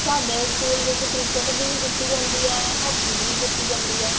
ਸਾਡੇ ਸਕੂਲ ਵਿੱਚ ਕ੍ਰਿਕਟ ਦੀ ਵੀ ਦਿੱਤੀ ਜਾਂਦੀ ਹੈ ਹੋਕੀ ਦੀ ਵੀ ਦਿੱਤੀ ਜਾਂਦੀ ਹੈ